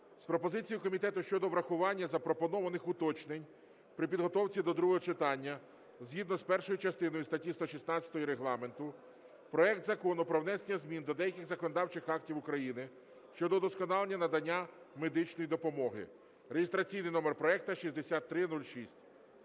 з пропозицією комітету щодо врахування запропонованих уточнень при підготовці до другого читання згідно з першою частиною статті 116 Регламенту проект Закону про внесення змін до деяких законодавчих актів України щодо удосконалення надання медичної допомоги (реєстраційний проекту 6306).